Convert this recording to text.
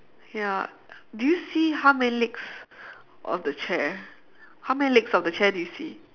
ya do you see how many legs of the chair how many legs of the chair do you see